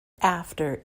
after